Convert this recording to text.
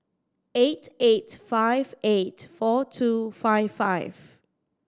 eight eight five eight four two five five